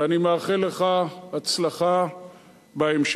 ואני מאחל לך הצלחה בהמשך.